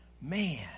Man